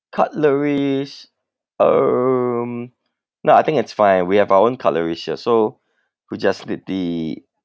cutleries um nah I think it's fine we have our own cutleries here so we just need the